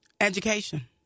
Education